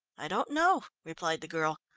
i don't know, replied the girl.